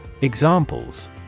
Examples